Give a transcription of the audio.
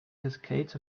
cascades